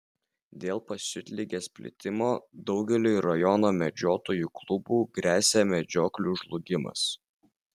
dėl pasiutligės plitimo daugeliui rajono medžiotojų klubų gresia medžioklių žlugimas